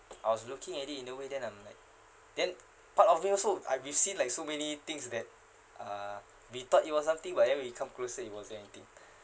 I was looking at it in the way then I'm like then part of it also I we've seen like so many things that uh we thought it was something but when we come closer it wasn't anything